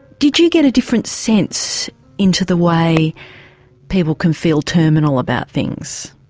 did you get a different sense into the way people can feel terminal about things?